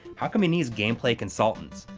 how come he needs game play consultants?